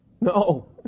no